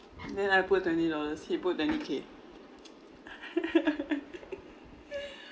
then I put twenty dollars he put twenty K